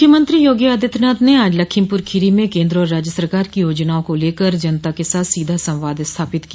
मुख्यमंत्री योगी आदित्यनाथ ने आज लखीमपुर खीरी में केन्द्र और राज्य सरकार की योजनाओं को लेकर जनता के साथ सीधा संवाद स्थापित किया